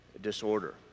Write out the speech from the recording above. disorder